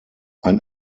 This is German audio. ein